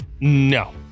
No